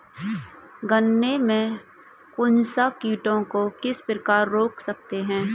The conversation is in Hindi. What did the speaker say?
गन्ने में कंसुआ कीटों को किस प्रकार रोक सकते हैं?